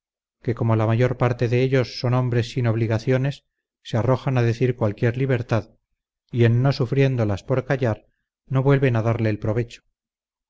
que como la mayor parte de ellos son hombres sin obligaciones se arrojan a decir cualquiera libertad y en no sufriéndolas por callar no vuelven a darle el provecho